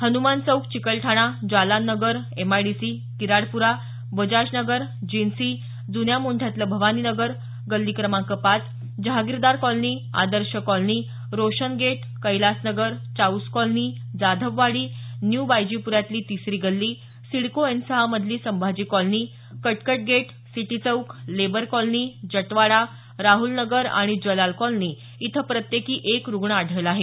Hanuman Chowk Chikalthana Jalan Nagar MIDC Kiradpura Bajaj Nagar Jinsi जुन्या मोंढ्यातलं भवानी नगर गल्ली क्रमांक पाच Jahagirdar colony Adarsh colony Roshan gate Kailas Nagar Chaus colony Jadhavwadi new बायजीपुऱ्यातली तिसरी गल्ली सिडको एन सहा मधील Sambhaji colony Katkat gate city Chowk labour colony Jatwada Rahul Nagar आणि जलाल कॉलनी इथं प्रत्येकी एक रुग्ण आढळला आहे